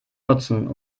nutzen